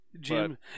Jim